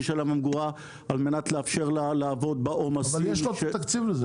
של הממגורה כדי לאפשר לה לעבוד בעומסים -- אבל יש לו תקציב לזה,